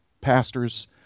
pastors